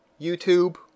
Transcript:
YouTube